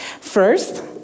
First